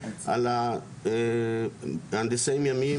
על הנדסאים ימיים,